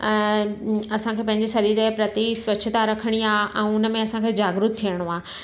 असांखे पंहिंजी शरीर जे प्रति स्वच्छता रखिणी आहे ऐं उनमें असांखे जागरुक थियणो आ्हे